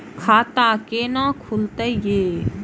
खाता केना खुलतै यो